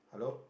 hello